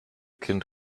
kind